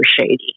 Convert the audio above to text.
shady